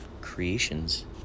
creations